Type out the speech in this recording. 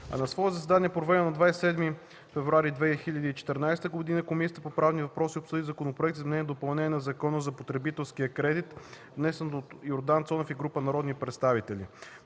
г. На свое заседание, проведено на 27 февруари 2014 г., Комисията по правни въпроси обсъди Законопроект за изменение и допълнение на Закона за потребителския кредит, внесен от Йордан Кирилов Цонев и група народни представители.